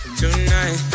tonight